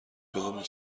دومین